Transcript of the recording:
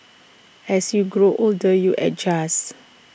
as you grow older you adjust